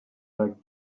like